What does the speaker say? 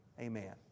Amen